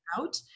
out